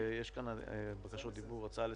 יש כאן בקשות דיבור והצעה לסדר.